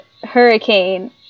Hurricane